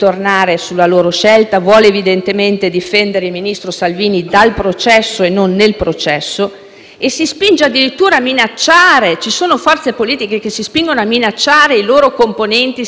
e si spinge addirittura alle minacce. Ci sono forze politiche che si spingono a minacciare i loro componenti se non si atterranno a questo pseudovoto espresso appunto dalla piattaforma Rousseau.